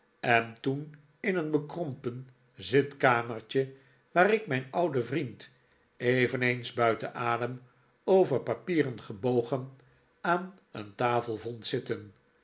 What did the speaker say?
en toen in een bekrompen zitkamertje waar ik mijn ouden vriend eveneens buiten adem over papieren gebogen aan een tafel vond zitten